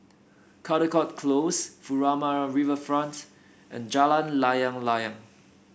Caldecott Close Furama Riverfront and Jalan Layang Layang